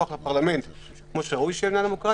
את הכוח לפרלמנט כמו שראוי שיהיה במדינה דמוקרטית,